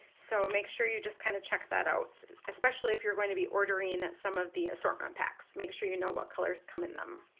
so make sure you just kind of check that out especially if you're going to be ordering some of the assortment packs, make sure you know what colors come in them.